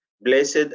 Blessed